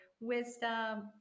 wisdom